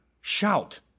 shout